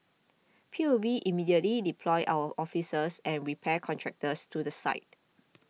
P U B immediately deployed our officers and repair contractors to the site